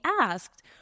asked